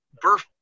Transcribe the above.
birth